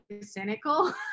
cynical